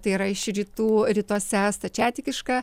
tai yra iš rytų rytuose stačiatikiška